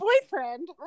boyfriend